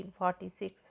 1946